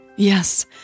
Yes